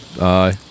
Aye